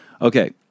Okay